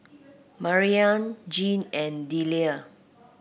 Mariyah Jeane and Delia